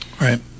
Right